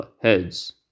heads